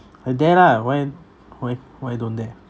I dare lah why why why don't dare